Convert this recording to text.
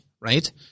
right